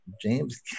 James